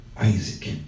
Isaac